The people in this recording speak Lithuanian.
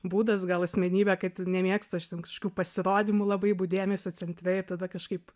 būdas gal asmenybė kad nemėgstu aš ten kažkokių pasirodymų labai būt dėmesio centre ir tada kažkaip